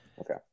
Okay